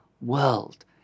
world